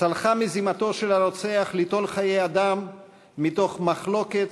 צלחה מזימתו של הרוצח ליטול חיי אדם מתוך מחלוקת